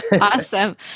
Awesome